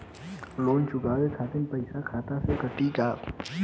Loan चुकावे खातिर पईसा खाता से कटी का?